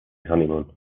honeymoon